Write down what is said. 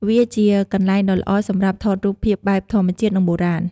វាជាកន្លែងដ៏ល្អសម្រាប់ថតរូបភាពបែបធម្មជាតិ និងបុរាណ។